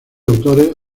autores